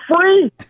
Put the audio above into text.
free